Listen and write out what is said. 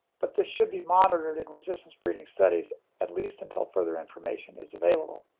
but this should be monitored in resistance breeding studies at least until further information is available.